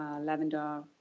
lavender